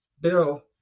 Bill